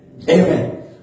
Amen